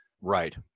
Right